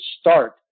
start